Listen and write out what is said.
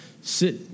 sit